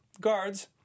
guards